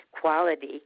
quality